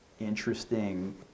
interesting